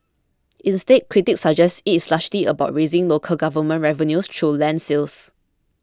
instead critics suggest it is largely about raising local government revenues through land sales